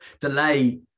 Delay